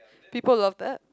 people love that